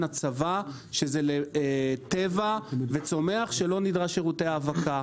הצבה שזה לטבע וצומח שלא נדרש שירותי האבקה.